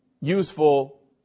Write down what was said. useful